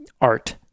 art